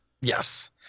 Yes